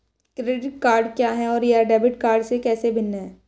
Credit card क्या है और यह डेबिट कार्ड से कैसे भिन्न है?